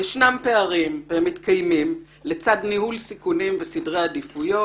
ישנם פערים והם מתקיימים לצד ניהול סיכונים וסדרי עדיפויות.